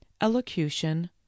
elocution